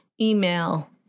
email